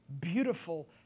beautiful